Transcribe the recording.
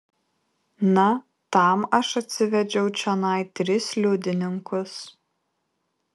na tam aš atsivedžiau čionai tris liudininkus